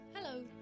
Hello